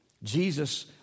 Jesus